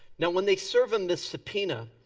now when they serve him this subpoena,